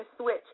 switch